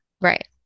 Right